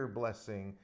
blessing